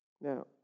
Now